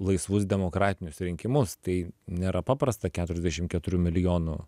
aisvus demokratinius rinkimus tai nėra paprasta keturiasdešim keturių milijonų